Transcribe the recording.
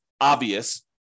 obvious